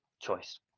choice